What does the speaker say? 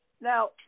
Now